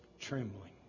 trembling